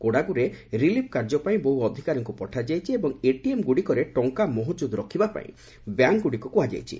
କୋଡ଼ାଗୁରେ relief କାର୍ଯ୍ୟପାଇଁ ବହୁ ଅଧିକାରୀଙ୍କୁ ପଠାଯାଇଛି ଏବଂ ଏଟିଏମ୍ଗୁଡ଼ିକରେ ଟଙ୍କା ମହକୁଦ୍ ରଖିବାପାଇଁ ବ୍ୟାଙ୍କ୍ଗୁଡ଼ିକୁ କୁହାଯାଇଛି